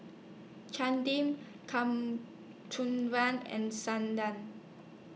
Chandi and